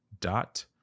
dot